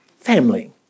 family